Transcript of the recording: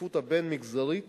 השותפות הבין-מגזרית